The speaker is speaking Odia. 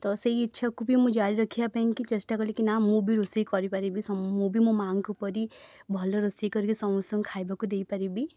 ତ ସେଇ ଇଚ୍ଛାକୁ ବି ମୁଁ ଜାରି ରଖିବାପାଇଁ କି ଚେଷ୍ଟା କଲି କି ନାଁ ମୁଁ ବି ରୋଷେଇ କରିପାରିବି ସ ମୁଁ ବି ମୋ ମାଆଙ୍କ ପରି ଭଲ ରୋଷେଇ କରିକି ସମସ୍ତଙ୍କୁ ଖାଇବାକୁ ଦେଇପାରିବି